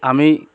আমি